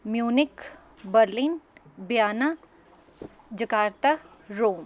Munich Berlin Vienna Jakarta Rome